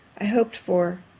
i hoped for,